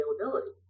availability